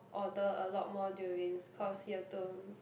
order a lot more durians cause he have to